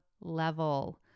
level